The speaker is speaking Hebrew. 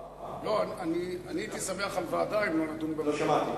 הייתי שמח על ועדה, אם לא נדון במליאה.